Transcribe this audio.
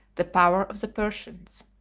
the power of the persians.